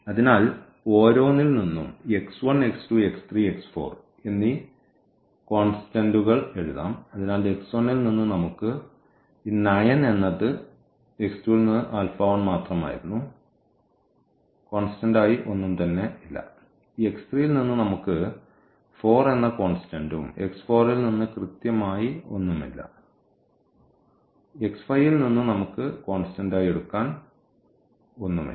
അതിനാൽ ഓരോന്നിൽ നിന്നും x1 x2 x3 x4 എന്നീ കോൺസ്റ്റന്റുകൾ എഴുതാം അതിനാൽ x1 ൽ നിന്ന് നമുക്ക് ഈ 9 എന്നത് x2 ൽ നിന്ന് മാത്രമായിരുന്നു കോൺസ്റ്റന്റ് ആയി ഒന്നും തന്നെയില്ല ഈ x3 ൽ നിന്ന് നമുക്ക് 4 എന്ന കോൺസ്റ്റന്റും x 4 ൽ നിന്ന് കൃത്യമായി ഒന്നുമില്ല x5 ൽ നിന്നും നമുക്ക് കോൺസ്റ്റന്റയി എടുക്കാൻ ഒന്നുമില്ല